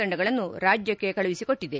ತಂಡಗಳನ್ನು ರಾಜ್ಯಕ್ಕೆ ಕಳುಹಿಸಿಕೊಟ್ಟಿದೆ